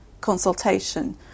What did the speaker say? consultation